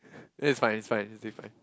that is fine is fine is it fine